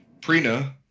Prina